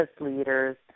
leaders